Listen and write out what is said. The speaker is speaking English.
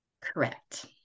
Correct